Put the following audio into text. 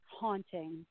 haunting